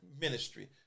ministry